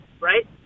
right